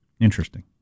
Interesting